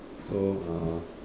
so uh